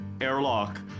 airlock